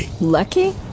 Lucky